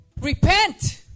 Repent